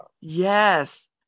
Yes